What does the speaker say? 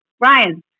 Ryan